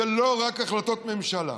זה לא רק החלטות ממשלה,